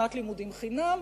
שנת לימודים חינם.